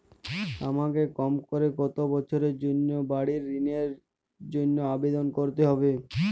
আমাকে কম করে কতো বছরের জন্য বাড়ীর ঋণের জন্য আবেদন করতে হবে?